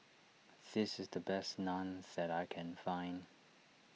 this is the best Naan that I can find